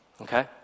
okay